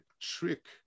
trick